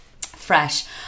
fresh